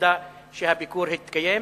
עובדה שהביקור התקיים.